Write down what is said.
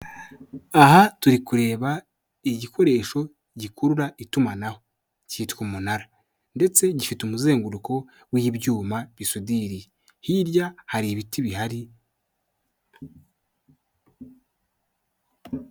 Aha turi kureba igikoresho gikurura itumanaho, cyitwa umunara ndetse gifite umuzenguruko w'ibyuma bisudiriye, hirya hari ibiti bihari...